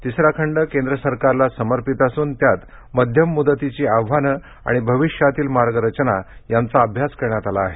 तिसरा खंड केंद्र सरकारला समर्पित असून त्यात मध्यम मुदतीची आव्हाने आणि भविष्यातील मार्गरचना यांचा अभ्यास करण्यात आला आहे